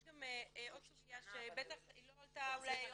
יש גם עוד סוגיה שבטח לא עלתה אולי היום